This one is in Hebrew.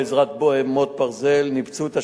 עוינות, וזה מחלחל.